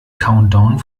countdown